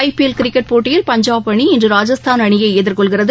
ஐ P L cricket போட்டியில் பஞ்சாப் அணி இன்று ராஜஸ்தான் அணியை எதிர்கொள்கிறது